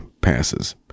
passes